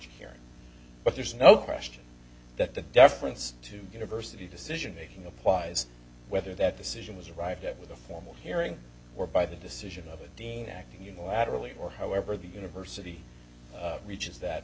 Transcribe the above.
hearing but there's no question that the deference to university decision making applies whether that decision was arrived at with a formal hearing or by the decision of a dean acting unilaterally or however the university reaches that